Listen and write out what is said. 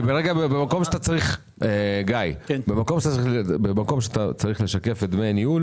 כי במקום שבו אתה צריך לשקף את דמי הניהול